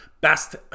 best